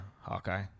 Hawkeye